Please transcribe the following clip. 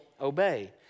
obey